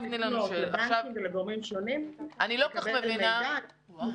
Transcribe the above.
הוא יכול לפנות לגורמים שונים כדי לקבל מהם מידע,